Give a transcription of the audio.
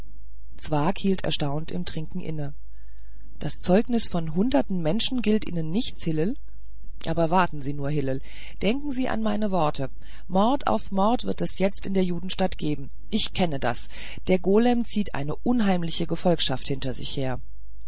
zwakh hielt erstaunt im trinken inne das zeugnis von hunderten menschen gilt ihnen nichts hillel aber warten sie nur hillel denken sie an meine worte mord auf mord wird es jetzt in der judenstadt geben ich kenne das der golem zieht eine unheimliche gefolgschaft hinter sich her